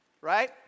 Right